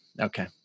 okay